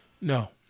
No